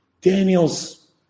Daniel's